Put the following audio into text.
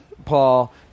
Paul